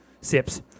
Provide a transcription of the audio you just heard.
Sips